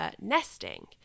nesting